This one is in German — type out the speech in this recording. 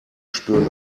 spüren